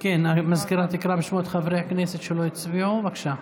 המזכירה תקרא בשמות חברי הכנסת שלא הצביעו, בבקשה.